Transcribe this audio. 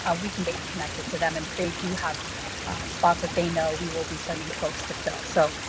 ah we can get you connected to them and they do have spots that they know we will be sending folks to fill. so,